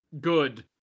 Good